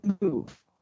move